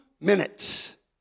minutes